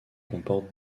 comporte